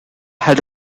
had